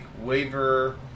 waiver